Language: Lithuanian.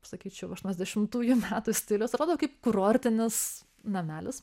sakyčiau aštuoniasdešimtųjų metų stiliaus atrodo kaip kurortinis namelis